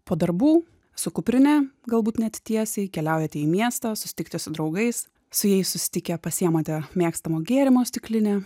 po darbų su kuprine galbūt net tiesiai keliaujate į miestą susitikti su draugais su jais susitikę pasiimate mėgstamo gėrimo stiklinę